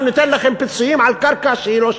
אנחנו ניתן לכם פיצויים על קרקע שהיא לא שלכם,